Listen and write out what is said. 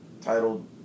titled